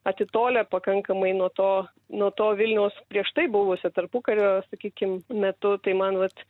atitolę pakankamai nuo to nuo to vilniaus prieš tai buvusio tarpukario sakykim metu tai man vat